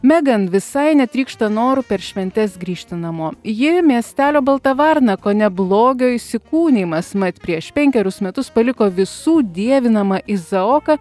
megan visai netrykšta noru per šventes grįžti namo ji miestelio balta varna kone blogio įsikūnijimas mat prieš penkerius metus paliko visų dievinamą izaoką